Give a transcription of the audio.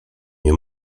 nie